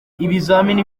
ibizamini